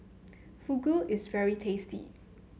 Fugu is very tasty